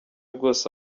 bwose